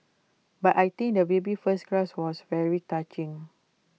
but I think the baby's first cry was very touching